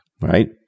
Right